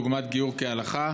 דוגמת גיור כהלכה?